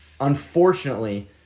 unfortunately